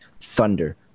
Thunder